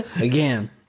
Again